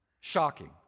shocking